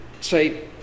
say